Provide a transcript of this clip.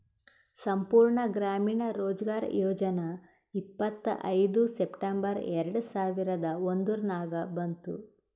ಸಂಪೂರ್ಣ ಗ್ರಾಮೀಣ ರೋಜ್ಗಾರ್ ಯೋಜನಾ ಇಪ್ಪತ್ಐಯ್ದ ಸೆಪ್ಟೆಂಬರ್ ಎರೆಡ ಸಾವಿರದ ಒಂದುರ್ನಾಗ ಬಂತು